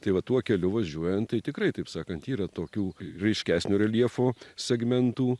tai va tuo keliu važiuojant tai tikrai taip sakant yra tokių ryškesnio reljefo segmentų